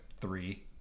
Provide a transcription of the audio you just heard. three